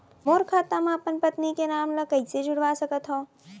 मोर खाता म अपन पत्नी के नाम ल कैसे जुड़वा सकत हो?